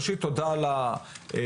ראשית תודה על הסקירה.